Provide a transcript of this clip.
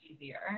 easier